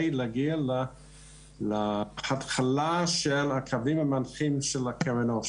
להגיע להתחלה של הקווים המנחים של קרן העושר.